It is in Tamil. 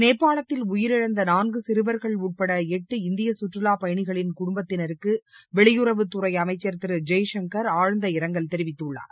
நேபாளத்தில் உயிரிழந்த நான்கு சிறுவர்கள் உட்பட எட்டு இந்திய சுற்றுலாப் பயணிகளின் வெளியுறவுத்துறை குடும்பத்தினருக்கு அமைச்சர் திரு ஜெய்சங்கர் ஆழ்ந்த இரங்கல் தெரிவித்துள்ளார்